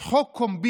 לחבר הכנסת יאיר לפיד